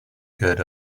good